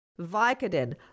Vicodin